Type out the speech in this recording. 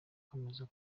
akomeza